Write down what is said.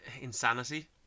insanity